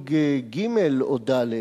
מסוג ג' או ד'